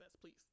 please